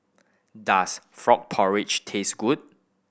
does frog porridge taste good